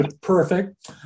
Perfect